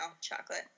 chocolate